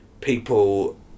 people